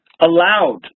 allowed